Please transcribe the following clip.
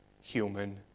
human